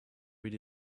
read